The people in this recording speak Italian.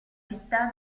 città